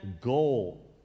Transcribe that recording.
goal